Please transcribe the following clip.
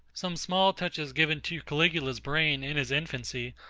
some small touches given to caligula's brain in his infancy,